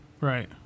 Right